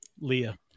leah